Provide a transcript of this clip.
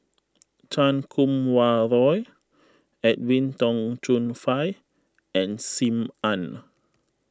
Chan Kum Wah Roy Edwin Tong Chun Fai and Sim Ann